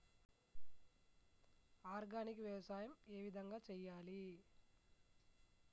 Organic వ్యవసాయం ఏ విధంగా చేయాలి?